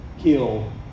kill